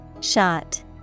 Shot